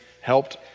helped